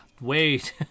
Wait